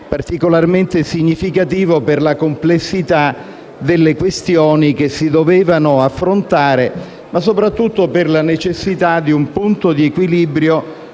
particolarmente significativo per la complessità delle questioni che si dovevano affrontare e soprattutto per la necessità di un punto di equilibrio